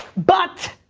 but,